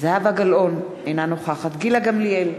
זהבה גלאון, אינה נוכחת גילה גמליאל,